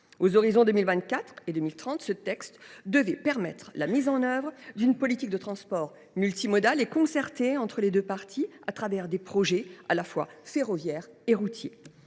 Aux horizons 2024 et 2030, ce texte devait permettre la mise en œuvre d’une politique de transports multimodale et concertée entre les deux parties, à travers des projets ferroviaires et routiers.